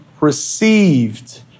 received